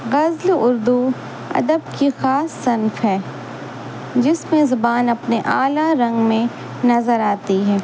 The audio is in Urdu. غزل اردو ادب کی خاص صنف ہے جس میں زبان اپنے اعلیٰ رنگ میں نظر آتی ہے